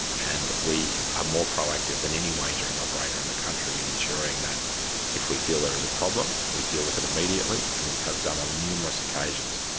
and we are more proactive than any wagering operator in the country in ensuring that if we feel there is a problem we deal with it immediately, and we have done on numerous occasions.